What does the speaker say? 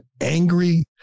angry